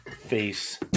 face